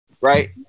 Right